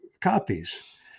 copies